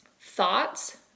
Thoughts